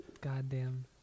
Goddamn